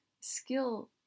skill